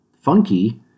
funky